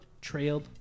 trailed